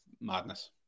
Madness